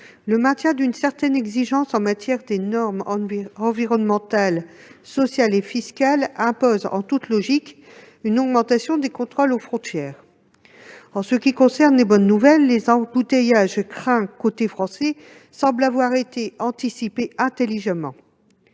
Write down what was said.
le maintien d'une certaine exigence en matière de normes environnementales, sociales et fiscales impose, en toute logique, une augmentation des contrôles aux frontières. Bonne nouvelle, les embouteillages craints du côté français semblent avoir été anticipés intelligemment.